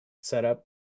setup